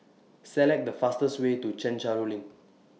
Select The fastest Way to Chencharu LINK